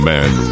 Man